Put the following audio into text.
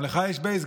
גם לך יש בייס,